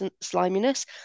sliminess